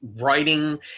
writing